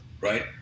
right